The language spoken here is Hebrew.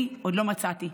אני עוד לא מצאתי.